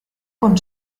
con